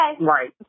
right